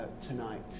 tonight